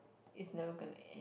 it's never gonna end